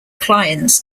clients